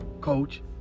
Coach